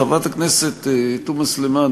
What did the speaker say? חברת הכנסת תומא סלימאן,